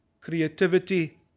Creativity